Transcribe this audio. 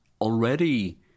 already